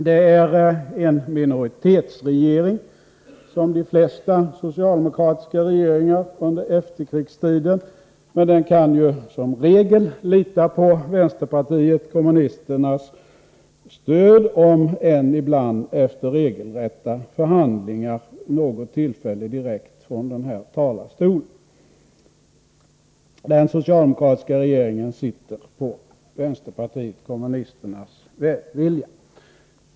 Det är en minoritetsregering, som de flesta socialdemokratiska regeringar under efterkrigstiden. Men den kan som regel lita på vänsterpartiet kommunisternas stöd, om än ibland efter regelrätta förhandlingar och vid något tillfälle direkt från denna talarstol. Den socialdemokratiska regeringen sitter på vänsterpartiet kommunisternas välvilja.